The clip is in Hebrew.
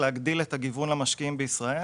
איך להגדיל את גיוון המשקיעים בישראל